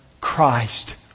Christ